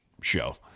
show